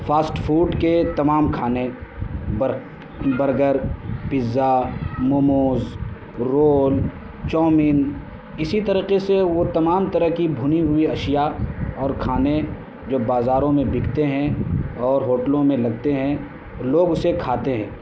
fast food کے تمام کھانے بر burger pizza momos roll chow mein اسی طریقے سے وہ تمام طرح کی بھنی ہوئی اشیا اور کھانے جو بازاروں میں بکتے ہیں اور ہوٹلوں میں لگتے ہیں لوگ اسے کھاتے ہیں